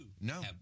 No